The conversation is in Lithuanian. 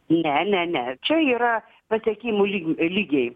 ne ne ne čia yra pasiekimų lygiu lygiai